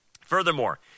Furthermore